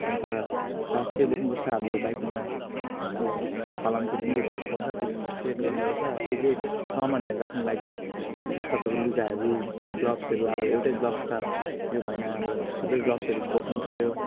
अन्त फर्स्ट चाहिँ बोक्नु पर्छ हाम्रो बाइकमा यस्तो फलामको जुन चाहिँ घाटको पाउँछ त्यो सेट गर्नु पर्छ त्यो चाहिँ सामानहरू राख्नु लागि तपाईँको लुगाहरू ग्लोभ्सहरू अब एउटै ग्लोभ्स त यो भएन अब थुप्रै ग्लोभ्सहरू बोक्नु पऱ्यो